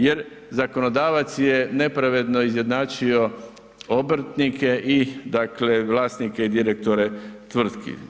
Jer zakonodavac je nepravedno izjednačio obrtnike i dakle vlasnike i direktore tvrtki.